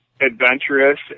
adventurous